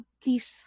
please